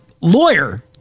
lawyer